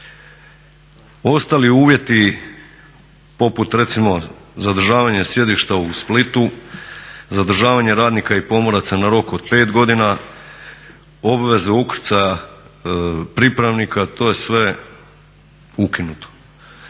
Ostali uvjeti poput recimo zadržavanja sjedišta u Splitu, zadržavanja radnika i pomoraca na rok od 5 godina, obveze ukrcaja pripravnika, to je sve ukinuto.